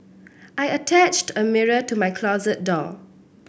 I attached a mirror to my closet door